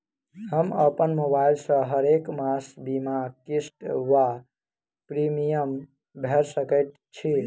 हम अप्पन मोबाइल सँ हरेक मास बीमाक किस्त वा प्रिमियम भैर सकैत छी?